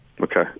Okay